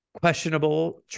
questionable